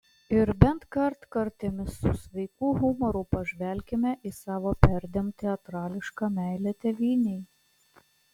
ir bent kartkartėmis su sveiku humoru pažvelkime į savo perdėm teatrališką meilę tėvynei